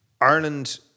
Ireland